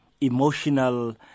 emotional